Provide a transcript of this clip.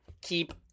keep